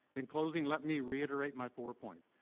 in closing, let me reiterate my four points.